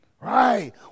Right